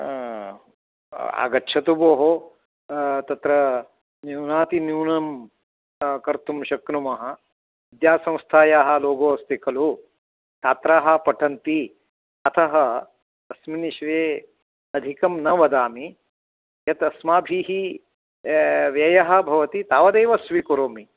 आ आगच्छतु भोः तत्र न्यूनातिन्यूनं कर्तुं शक्नुमः विद्यासंस्थायाः लोगो अस्ति खलु छात्राः पठन्ति अतः तस्मिन् विषये अधिकं न वदामि यत् अस्माभिः व्ययः भवति तावदेव स्वीकरोमि